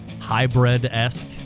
hybrid-esque